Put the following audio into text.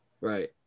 Right